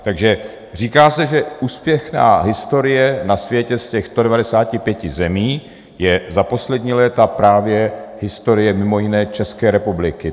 Takže říká se, že úspěšná historie na světě z těch 195 zemí je za poslední léta právě historie mimo jiné České republiky.